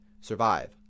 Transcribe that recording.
survive